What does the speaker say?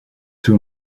two